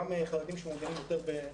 גם חרדים שמעוניינים יותר להיפתח.